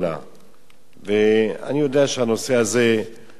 אני יודע שהנושא הזה שנוי במחלוקת.